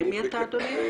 מי אתה, אדוני?